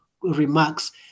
remarks